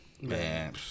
Man